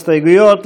הסתייגויות,